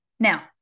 Now